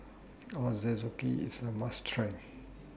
Ochazuke IS A must Try